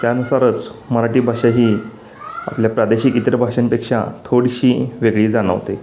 त्यानुसारच मराठी भाषा ही आपल्या प्रादेशिक इतर भाषांपेक्षा थोडीशी वेगळी जाणवते